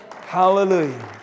Hallelujah